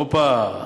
הופה,